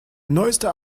neueste